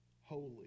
holy